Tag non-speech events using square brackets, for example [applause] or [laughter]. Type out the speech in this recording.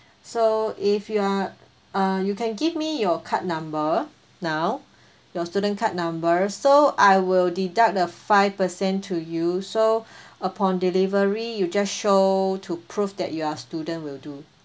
so if you are uh you can give me your card number now your student card number so I will deduct the five percent to you so [breath] upon delivery you just show to prove that you are student will do